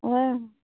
हूँ